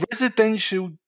residential